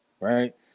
Right